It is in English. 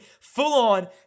full-on